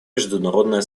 международное